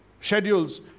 schedules